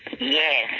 yes